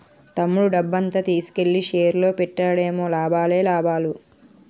తమ్ముడు డబ్బంతా తీసుకెల్లి షేర్స్ లో పెట్టాడేమో లాభాలే లాభాలు